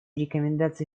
рекомендации